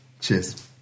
Cheers